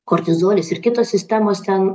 kortizolis ir kitos sistemos ten